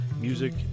music